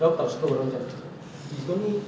tu aku tak suka orang cakap !ee! kau ni